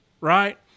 Right